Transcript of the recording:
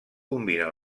combina